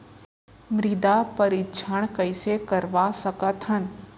मृदा परीक्षण कइसे करवा सकत हन?